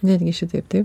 netgi šitaip taip